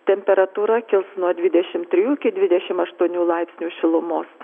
temperatūra kils nuo dvidešim trijų iki dvidešim aštuonių laipsnių šilumos